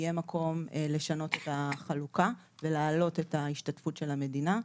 יהיה מקום לשנות את החלוקה ולהעלות את ההשתתפות של המדינה.